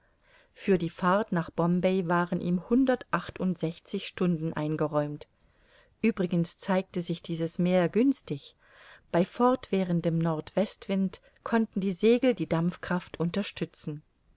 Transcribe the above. für die fahrt nach bombay waren ihm hundertachtundsechzig stunden eingeräumt uebrigens zeigte sich dieses meer günstig bei fortwährendem nordwestwind konnten die segel die dampfkraft unterstützen